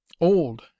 old